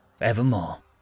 evermore